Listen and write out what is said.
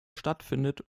stattfindet